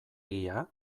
egia